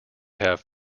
have